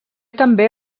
també